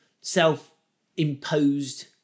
self-imposed